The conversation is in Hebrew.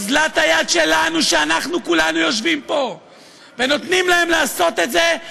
אוזלת היד שלנו שאנחנו כולנו יושבים פה ונותנים להם לעשות את זה,